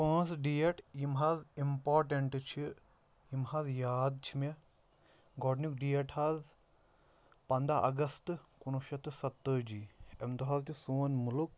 پانٛژھ ڈیٹ یِم حظ اِمپاٹَنٛٹ چھِ یِم حظ یاد چھِ مےٚ گۄڈنیُک ڈیٹ حظ پَنٛداہ اَگستہٕ کُنوُہ شَتھ تہٕ سَتتٲجی اَمہِ دۄہ حظ تہِ سون مُلُک